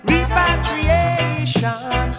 Repatriation